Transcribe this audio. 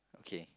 okau